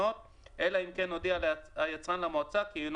אלא אם כן הודיע היצרן למועצה כי אינו